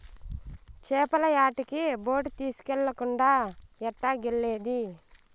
చేపల యాటకి బోటు తీస్కెళ్ళకుండా ఎట్టాగెల్లేది